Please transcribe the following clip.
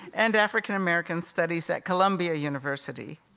and african-american studies at columbia university.